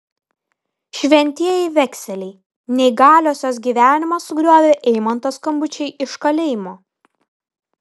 šventieji vekseliai neįgaliosios gyvenimą sugriovė eimanto skambučiai iš kalėjimo